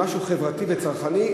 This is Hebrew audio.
משהו חברתי וצרכני,